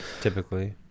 Typically